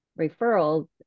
referrals